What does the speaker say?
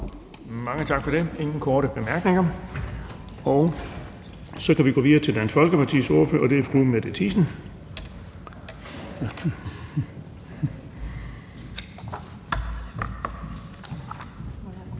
Mange tak for det. Der er ingen korte bemærkninger. Så kan vi gå videre til Dansk Folkepartis ordfører, og det er fru Mette Thiesen.